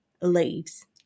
leaves